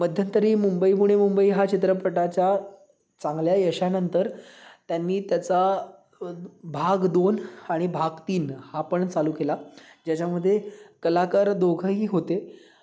मध्यंतरी मुंबई पुणे मुंबई हा चित्रपटाच्या चांगल्या यशानंतर त्यांनी त्याचा भाग दोन आणि भाग तीन हा पण चालू केला ज्याच्यामध्ये कलाकार दोघंही होते